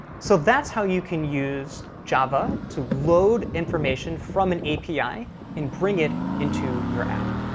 so that's how you can use java to load information from an api and bring it into your app.